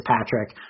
Patrick